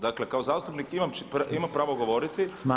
Dakle, kao zastupnik imam pravo govoriti.